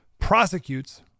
prosecutes